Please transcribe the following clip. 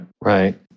right